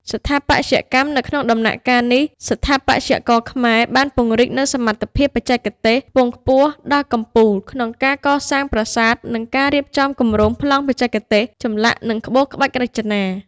ស្ថាបត្យកម្ម នៅក្នុងដំណាក់កាលនេះ ស្ថាបត្យករខ្មែរបានពង្រីកនូវសមត្ថភាពបច្ចេកទេសខ្ពង់ខ្ពស់ដល់កំពូលក្នុងការកសាងប្រាសាទ និង ក្នុងការ រៀបចំគម្រោងប្លង់បច្ចេកទេស ចម្លាក់និងក្បូរក្បាច់រចនា។